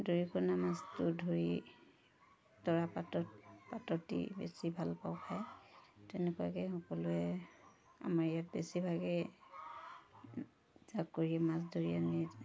দৰিকনা মাছটো ধৰি তৰা পাতত পাতত দি বেছি ভাল পাওঁ খাই তেনেকুৱাকৈ সকলোৱে আমাৰ ইয়াত বেছিভাগে জাকৈৰে মাছ ধৰি আনি